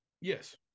Yes